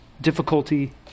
difficulty